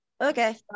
Okay